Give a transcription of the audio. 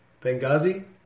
Benghazi